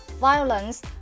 violence